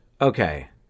okay